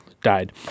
died